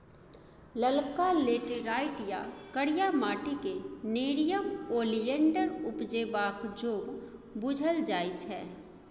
ललका लेटैराइट या करिया माटि क़ेँ नेरियम ओलिएंडर उपजेबाक जोग बुझल जाइ छै